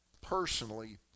personally